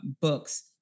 books